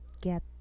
get